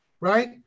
right